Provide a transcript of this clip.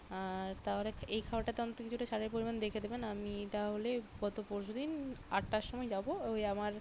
আর তাহলে এই খাবারটাতে অন্তত কিছুটা ছাড়ের পরিমাণ দেখে দেবেন আমি তাহলে গত পরশু দিন আটটার সময় যাবো ওই আমার